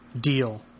Deal